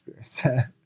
experience